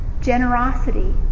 generosity